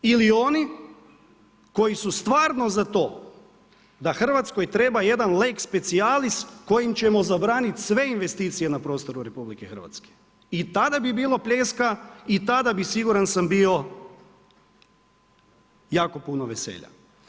Ili oni koji su stvarno za to da Hrvatskoj treba jedan lex specialis kojim ćemo zabranit sve investicije na prostoru RH i tada bi bilo pljeska i tada bi, siguran sam, bio jako puno veselja.